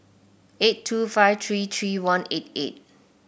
eight two five three three one eight eight